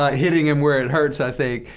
ah hitting him where it hurts, i think.